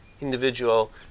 individual